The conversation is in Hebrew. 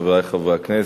חברי חברי הכנסת,